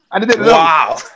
wow